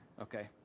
Okay